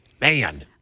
Man